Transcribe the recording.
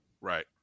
Right